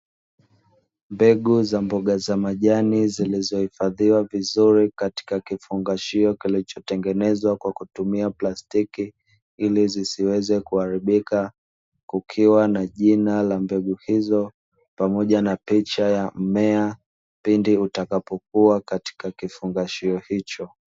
Mbegu za mboga za majani zilizohifadhiwa vizuri katika kifungashio kilichotengenezwa kwa kutumia plastiki, ili zisiweze kuharibika kukiwa na jina la mbegu hizo, pamoja na picha ya mmea, pindi utakapokuwa katika kifungashio hicho.